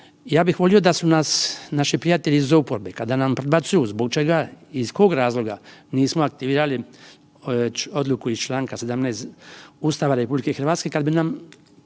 Ja bih volio da su nas naši prijatelji iz oporbe kada nam prebacuju zbog čega i iz kog razloga nismo aktivirali odluku iz čl. 17. Ustava RH kada bi nam konačno